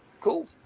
Cool